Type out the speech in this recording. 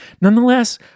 Nonetheless